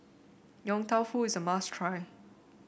Yong Tau Foo is a must try